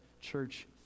Church